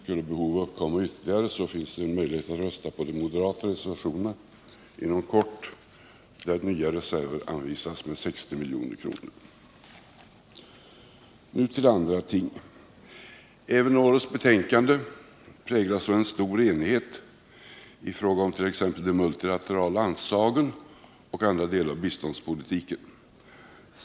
Gäller det ytterligare behov som kan uppkomma föreligger möjligheten att rösta på de moderata reservationerna, där nya reserver anvisas med 60 milj.kr. Nu till andra ting! Även årets betänkande präglas av en stor enighet t.ex. i fråga om de multilaterala anslagen och andra delar av biståndspolitiken.